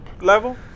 level